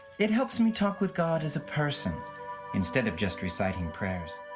it helps me talk with god as a person instead of just reciting prayers.